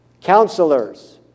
Counselors